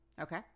Okay